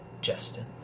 Justin